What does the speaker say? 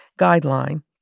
Guideline